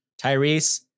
Tyrese